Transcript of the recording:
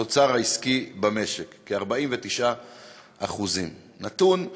התוצר העסקי במשק, כ-49%; נתון מדהים.